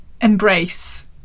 embrace